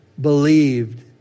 believed